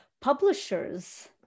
publishers